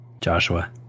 Joshua